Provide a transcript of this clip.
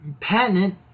patent